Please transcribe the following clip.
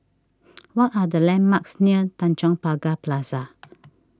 what are the landmarks near Tanjong Pagar Plaza